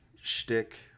shtick